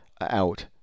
out